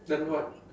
then what